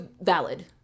valid